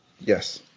Yes